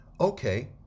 Okay